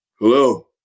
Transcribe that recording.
hello